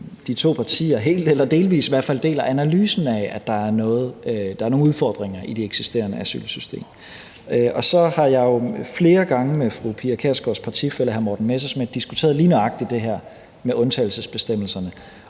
fald delvis deler analysen af, at der er nogle udfordringer i det eksisterende asylsystem. Og så har jeg jo flere gange med fru Pia Kjærsgaards partifælle hr. Morten Messerschmidt diskuteret lige nøjagtig det her med undtagelsesbestemmelserne.